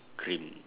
green